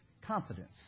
Confidence